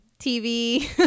TV